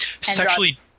Sexually